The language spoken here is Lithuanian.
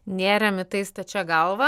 nėrėm į tai stačia galva